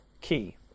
key